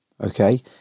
Okay